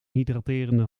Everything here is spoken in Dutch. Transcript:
hydraterende